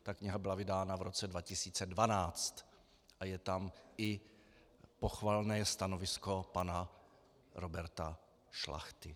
Ta kniha byla vydána v roce 2012 a je tam i pochvalné stanovisko pana Roberta Šlachty.